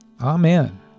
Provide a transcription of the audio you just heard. Amen